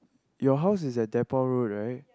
your house is at Depot road right